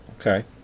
Okay